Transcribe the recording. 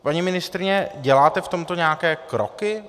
Paní ministryně, děláte v tomto nějaké kroky?